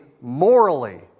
morally